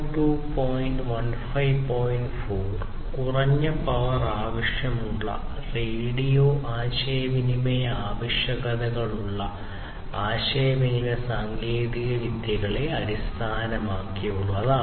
4 കുറഞ്ഞ പവർ ആവശ്യമുള്ള റേഡിയോ ആശയവിനിമയ ആവശ്യകതകളുള്ള ആശയവിനിമയ സാങ്കേതികവിദ്യകളെ അടിസ്ഥാനമാക്കിയുള്ളതാണ്